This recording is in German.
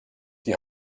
die